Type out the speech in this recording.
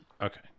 Okay